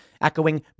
echoing